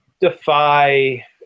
defy